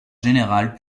général